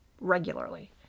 regularly